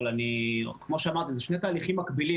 אבל כמו שאמרתי אלה שני תהליכים מקבילים